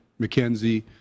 McKenzie